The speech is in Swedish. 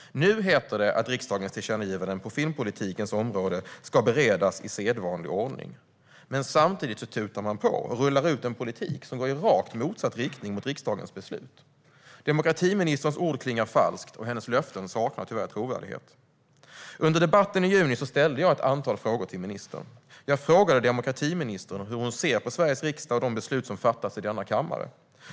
Nu heter det att riksdagens tillkännagivanden på filmpolitikens område ska beredas i sedvanlig ordning. Men samtidigt tutar man på och rullar ut en politik som går i rakt motsatt riktning mot riksdagens beslut. Demokratiministerns ord klingar falskt, och hennes löften saknar tyvärr trovärdighet. Under debatten i juni ställde jag ett antal frågor till ministern. Jag frågade demokratiministern hur hon ser på Sveriges riksdag och de beslut som fattas i denna kammare.